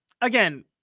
again